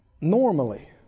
normally